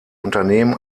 unternehmen